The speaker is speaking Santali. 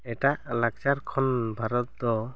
ᱮᱴᱟᱜ ᱞᱟᱠᱪᱟᱨ ᱠᱷᱚᱱ ᱵᱷᱟᱨᱚᱛ ᱫᱚ